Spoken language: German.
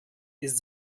ist